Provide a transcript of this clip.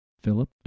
Philip